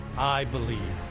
i believe.